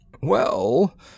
Well